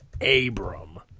Abram